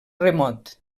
remot